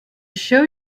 show